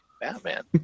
Batman